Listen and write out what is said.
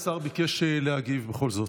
השר ביקש להגיב בכל זאת.